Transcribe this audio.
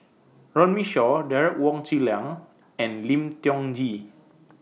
Runme Shaw Derek Wong Zi Liang and Lim Tiong Ghee